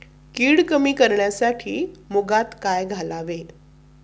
कीड कमी करण्यासाठी मुगात काय घालावे?